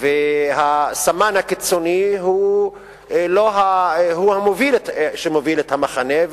והסמן הקיצוני הוא המוביל את המחנה,